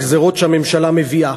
הגזירות שהממשלה מביאה.